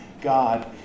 God